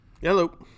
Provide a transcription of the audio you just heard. Hello